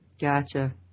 Gotcha